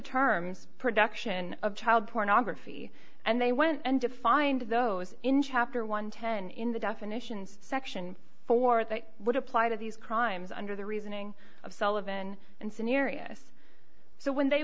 terms production of child pornography and they went and defined those in chapter one hundred and ten in the definitions section four they would apply to these crimes under the reasoning of sullivan and serious so when they